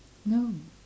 no